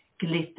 glitter